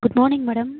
good morning madam